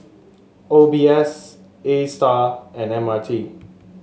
O B S Astar and M R T